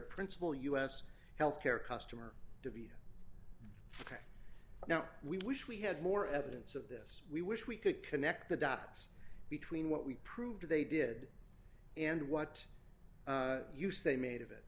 principal us health care customer to now we wish we had more evidence of this we wish we could connect the dots between what we proved they did and what use they made of it